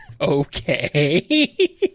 Okay